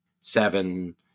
seven